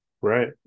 right